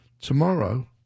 Tomorrow